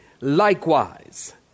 likewise